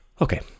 Okay